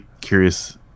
curious